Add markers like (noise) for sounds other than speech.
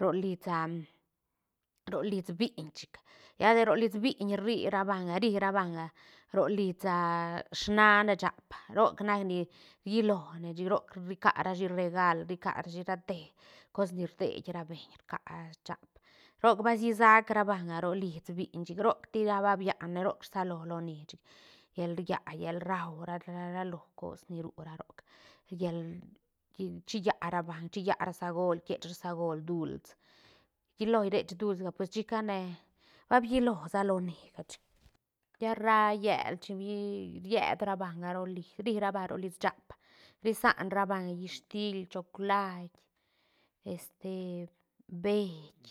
Ro lis (hesitation) ro lis biiñ chic lla de ro lis biiñ rri ra banga ri ra banga ro lis (hesitation) snaan shaap roc nac ni rllilone chic roc rri ca rashi regaal rri ca rashi rate cosh ni rdei ra beñ rca a shaap roc ba sisac ra banga rolis biiñ chic roc tisa ba- ba biane roc rsalo loni chic llal rillaa llal rau ra- ra- ralo cos ni ru ra roc llal (hesitation) chilla ra banga chilla ra sagol rquiech ra sagol duuls rllilo rech duuls ga pues chicane ba bilosa loniga chic lla rra llel chin- i- ried ra banga roli- ri ra banga rolis shaap risaan ra banga histil choclait este beït